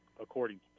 according